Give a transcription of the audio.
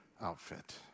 outfit